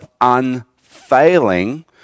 unfailing